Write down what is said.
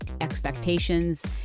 expectations